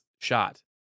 shot